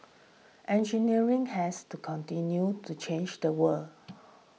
engineering has to continues to change the world